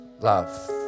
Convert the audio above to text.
love